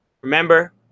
Remember